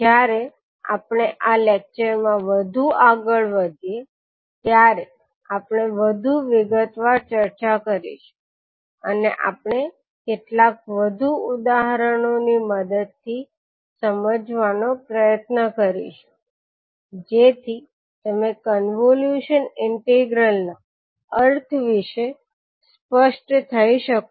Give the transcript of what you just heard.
જ્યારે આપણે આ લેકચર માં વધુ આગળ વધીએ ત્યારે આપણે વધુ વિગતવાર ચર્ચા કરીશું અને આપણે કેટલાક વધુ ઉદાહરણો ની મદદથી સમજવાનો પ્રયત્ન કરીશું જેથી તમે કોન્વોલ્યુશન ઇન્ટિગ્રલના અર્થ વિશે સ્પષ્ટ થઈ શકો